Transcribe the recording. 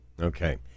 Okay